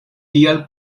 tial